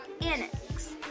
Annex